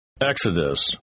Exodus